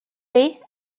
day